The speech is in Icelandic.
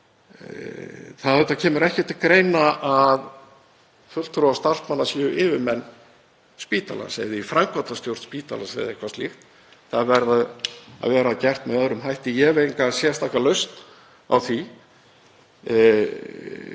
Það kemur auðvitað ekki til greina að fulltrúar starfsmanna séu yfirmenn spítalans eða í framkvæmdastjórn spítalans eða eitthvað slíkt. Það verður að vera gert með öðrum hætti. Ég hef enga sérstaka lausn á því